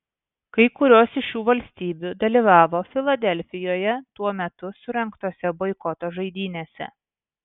kai kurios iš šių valstybių dalyvavo filadelfijoje tuo metu surengtose boikoto žaidynėse